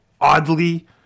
oddly